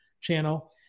channel